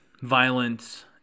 violence